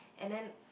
and then